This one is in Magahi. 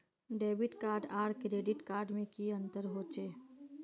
डेबिट कार्ड आर क्रेडिट कार्ड में की अंतर होचे?